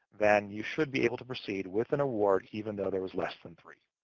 then you should be able to proceed with an award, even though there is less than three.